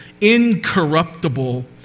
incorruptible